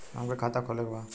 हमके खाता खोले के बा?